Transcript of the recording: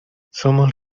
somos